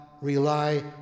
rely